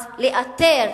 אז לאתר